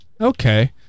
Okay